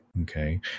Okay